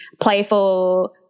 playful